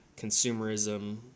consumerism